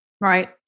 Right